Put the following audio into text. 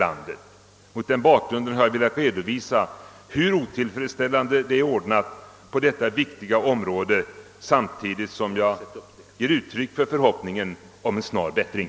Mot den bakgrunden har jag velat redovisa hur otillfredsställande det ännu är ordnat på detta viktiga område, samtidigt som jag uttrycker förhoppningen om en snar bättring.